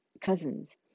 cousins